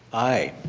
aye.